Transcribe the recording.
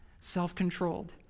self-controlled